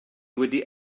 wedi